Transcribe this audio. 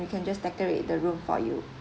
we can just decorate the room for you